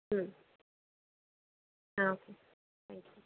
হুম হ্যাঁ আসুন হুম